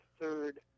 third